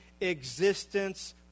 existence